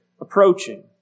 approaching